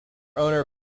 owner